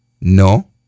No